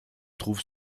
trouve